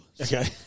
Okay